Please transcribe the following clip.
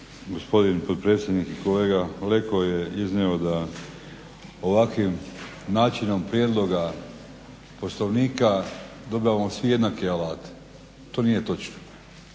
gospodin potpredsjednik i kolega Leko je iznio da ovakvim načinom prijedloga poslovnika dobivamo svi jednake alate. To nije točno.